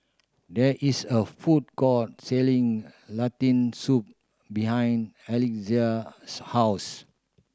there is a food court selling Lentil Soup behind Alexia's house